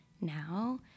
now